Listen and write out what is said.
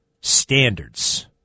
Standards